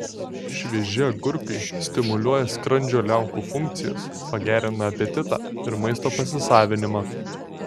švieži agurkai stimuliuoja skrandžio liaukų funkcijas pagerina apetitą ir maisto pasisavinimą